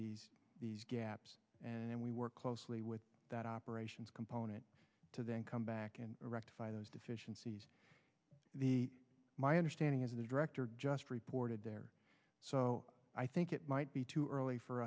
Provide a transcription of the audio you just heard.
these these gaps and we work closely with that operations component to then come back and rectify those deficiencies the my understanding is the director just reported there so i think it might be too early for